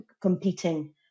competing